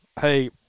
hey